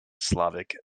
slavic